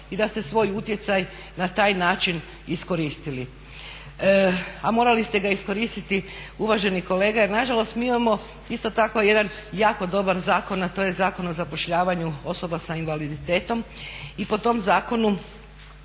i da ste svoj utjecaj na taj način iskoristili. A morali ste ga iskoristiti uvaženi kolega jer nažalost mi imamo isto tako jedan dobar zakon a to je Zakon o zapošljavanju osoba sa invaliditetom i po tom zakonu